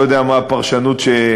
אני לא יודע מה הפרשנות שתינתן.